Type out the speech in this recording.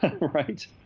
right